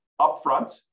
upfront